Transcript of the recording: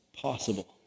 possible